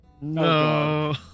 No